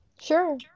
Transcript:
Sure